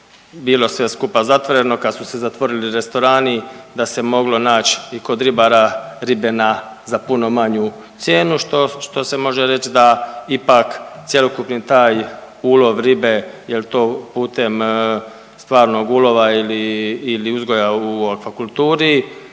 bilo sve skupa zatvoreno, kad su se zatvorili restorani da se moglo naći i kod ribara ribe na, za puno manju cijenu što, što se može reći da ipak cjelokupni taj ulov ribe jel' to putem stvarnog ulova ili uzgoja u aquakulturi